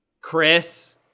Chris